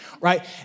right